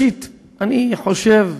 הנשיאים.